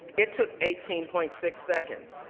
it took eighteen point six seconds.